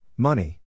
Money